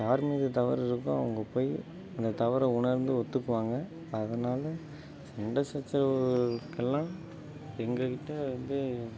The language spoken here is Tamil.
யாரு மீது தவறு இருக்கோ அவங்க போய் அந்த தவறை உணர்ந்து ஒத்துக்குவாங்கள் அதனால் சண்டை சச்சரவுகளுக்கெல்லாம் எங்கள் கிட்ட வந்து